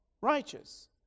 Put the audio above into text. righteous